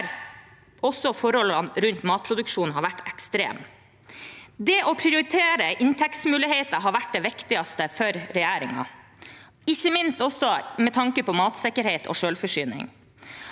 forholdene rundt matproduksjonen har vært ekstreme. Det å prioritere inntektsmuligheter har vært det viktigste for regjeringen, ikke minst med tanke på matsikkerhet og selvforsyning.